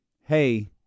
hey